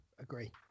agree